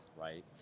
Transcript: right